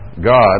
God